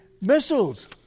missiles